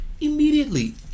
immediately